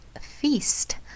feast